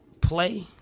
play